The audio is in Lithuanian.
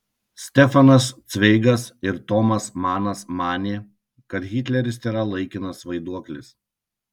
stefanas cveigas ir tomas manas manė kad hitleris tėra laikinas vaiduoklis